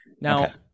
Now